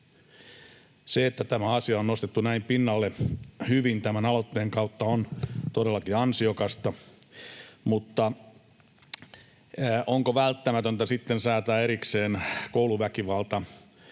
Se, että tämä asia on nostettu hyvin näin pinnalle tämän aloitteen kautta, on todellakin ansiokasta, mutta onko sitten välttämätöntä säätää erikseen rangaistavaksi